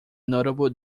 notable